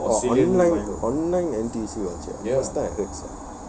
oh online online N_T_U_C voucher first time I heard this one